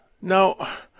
Now